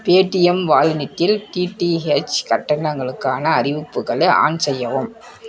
Paytm வாலனேட்டில் DTH கட்டணங்களுக்கான அறிவிப்புகளை ஆன் செய்யவும்